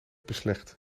beslecht